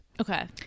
Okay